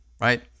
right